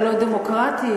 הלא-דמוקרטית,